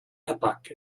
epoch